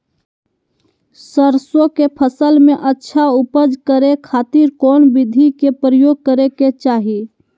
सरसों के फसल में अच्छा उपज करे खातिर कौन विधि के प्रयोग करे के चाही?